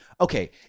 okay